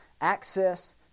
access